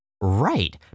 Right